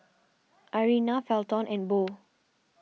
Irena Felton and Bo